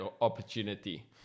opportunity